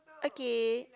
okay